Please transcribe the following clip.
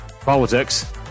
politics